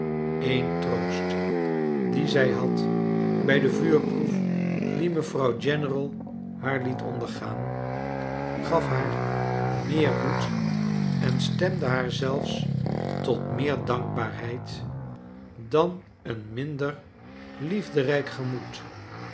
een troost dien zij had bij de vuurproef die merouw general haar liet ondergaan gaf haar meer moed en stemde haar zelfs tot meer dankbaarheid dan een minder liefderijk gemoed